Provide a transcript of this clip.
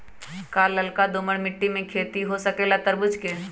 का लालका दोमर मिट्टी में खेती हो सकेला तरबूज के?